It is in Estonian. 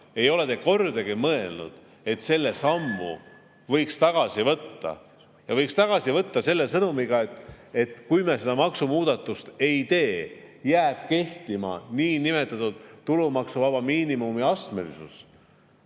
ei ole te kordagi mõelnud, et selle sammu võiks tagasi võtta ja võiks tagasi võtta selle sõnumiga, et kui me seda maksumuudatust ei tee, jääb kehtima niinimetatud tulumaksuvaba miinimumi astmelisus.